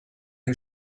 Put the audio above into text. who